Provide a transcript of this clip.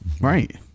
Right